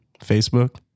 Facebook